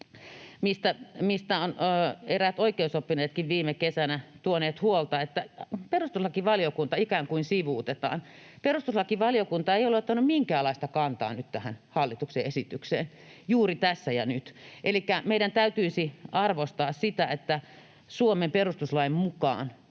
mistä ovat eräät oikeusoppineetkin viime kesänä tuoneet huolta, että perustuslakivaliokunta ikään kuin sivuutetaan. Perustuslakivaliokunta ei ole ottanut minkäänlaista kantaa nyt tähän hallituksen esitykseen juuri tässä ja nyt. Elikkä meidän täytyisi arvostaa sitä, että Suomen perustuslain mukaan